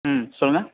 ம் சொல்லுங்கள்